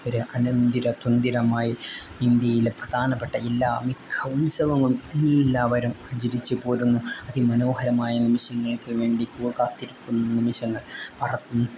അവർ അനന്തിര തുന്തിരമായി ഇന്ത്യയിലെ പ്രധാനപ്പെട്ട എല്ലാ മിക്ക ഉത്സവങ്ങളും എല്ലാവരും ആചരിച്ച് പോരുന്നു അതിമനോഹരമായ നിമിഷങ്ങൾക്ക് വേണ്ടി കാത്തിരിക്കുന്ന നിമിഷങ്ങൾ പറത്തും